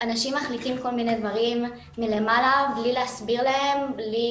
אנשים מחליטים כל מיני דברים מלמעלה בלי להסביר להם ובלי